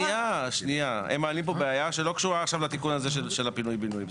הם מעלים בעיה שלא קשורה לתיקון של פינוי-בינוי.